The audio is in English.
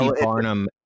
Barnum